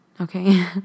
okay